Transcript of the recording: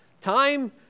Time